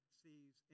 sees